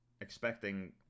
expecting